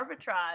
arbitrage